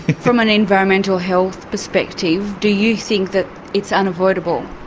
from an environmental health perspective, do you think that it's unavoidable?